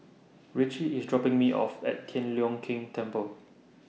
Richie IS dropping Me off At Tian Leong Keng Temple